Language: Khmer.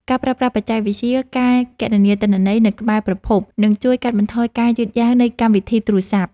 ការប្រើប្រាស់បច្ចេកវិទ្យា ការគណនាទិន្នន័យនៅក្បែរប្រភព នឹងជួយកាត់បន្ថយការយឺតយ៉ាវនៃកម្មវិធីទូរសព្ទ។